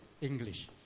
English